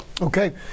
Okay